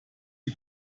die